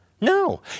No